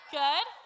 good